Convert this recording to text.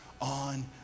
on